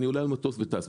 אני עולה על מטוס וטס.